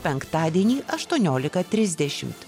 penktadienį aštuoniolika trisdešimt